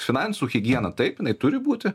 finansų higiena taip jinai turi būti